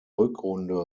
rückrunde